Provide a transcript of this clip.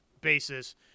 basis